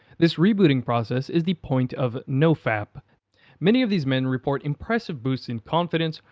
this rebooting process is the point of nofap many of these men report impressive boosts in confidence,